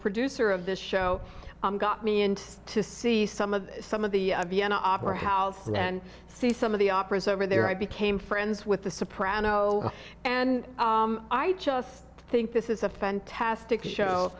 producer of this show got me into to see some of some of the vienna opera house and then see some of the operas over there i became friends with the soprano and i just think this is a fantastic show